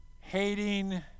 hating